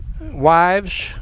wives